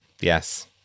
Yes